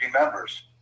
members